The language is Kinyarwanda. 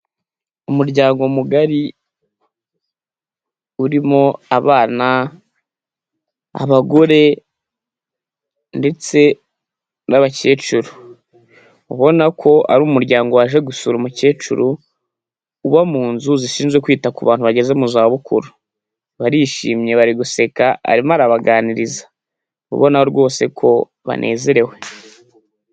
Umuryango mugari urimo abana, abagore ndetse n'abakecuru ubona ko ari umuryango waje gusura umukecuru uba mu nzu zishinzwe kwita ku bantu bageze mu za bukuru, barishimye bari guseka, arimo arabaganiriza ubona rwose ko banezerewe.